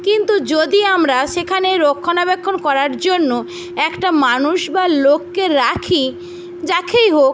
কিন্তু যদি আমরা সেখানে রক্ষণাবেক্ষণ করার জন্য একটা মানুষ বা লোককে রাখি যাকেই হোক